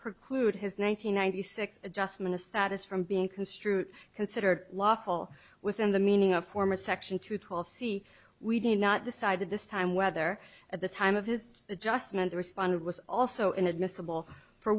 preclude his nine hundred ninety six adjustment of status from being construed considered lawful within the meaning of former section two twelve c we did not decide this time whether at the time of his adjustment the respondent was also inadmissible for